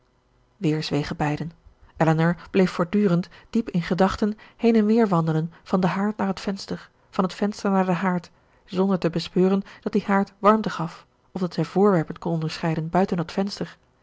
weer zwegen beiden elinor bleef voortdurend diep in gedachten heen en weer wandelen van den haard naar het venster van het venster naar den haard zonder te bespeuren dat die haard warmte gaf of dat zij voorwerpen kon onderscheiden buiten dat venster